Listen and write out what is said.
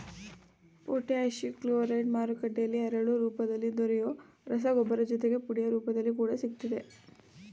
potash chloride ಮಾರುಕಟ್ಟೆಲಿ ಹರಳು ರೂಪದಲ್ಲಿ ದೊರೆಯೊ ರಸಗೊಬ್ಬರ ಜೊತೆಗೆ ಪುಡಿಯ ರೂಪದಲ್ಲಿ ಕೂಡ ಸಿಗ್ತದೆ